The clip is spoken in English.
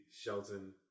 Shelton